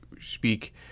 speak